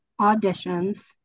auditions